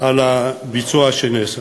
אחרי הביצוע שנעשה.